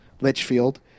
Litchfield